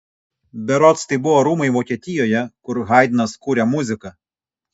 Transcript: berods tai buvo rūmai vokietijoje kur haidnas kūrė muziką